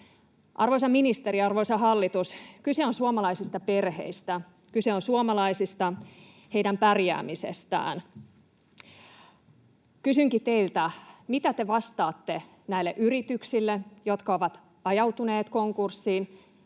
Arvoisa ministeri ja arvoisa hallitus, kyse on suomalaisista perheistä, kyse on suomalaisista ja heidän pärjäämisestään. Kysynkin teiltä: mitä te vastaatte näille yrityksille, jotka ovat ajautuneet konkurssiin,